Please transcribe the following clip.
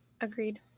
Agreed